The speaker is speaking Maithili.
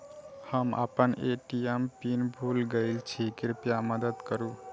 हम आपन ए.टी.एम पिन भूल गईल छी, कृपया मदद करू